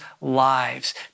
lives